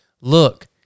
Look